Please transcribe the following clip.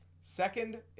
Second